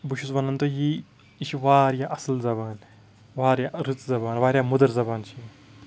بہٕ چھُس وَنان تۄہہِ یی یہِ چھِ واریاہ اَصٕل زَبان واریاہ رٕژ زَبان واریاہ مٔدٕر زَبان چھِ یہِ